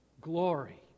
Glory